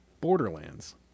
Borderlands